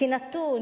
כנתון,